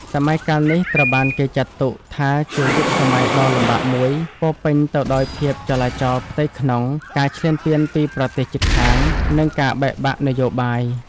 សម័យកាលនេះត្រូវបានគេចាត់ទុកថាជាយុគសម័យដ៏លំបាកមួយ ពោរពេញទៅដោយភាពចលាចលផ្ទៃក្នុង ការឈ្លានពានពីប្រទេសជិតខាង និងការបែកបាក់នយោបាយ។